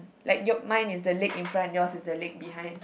like your mine is the leg in front yours is the leg behind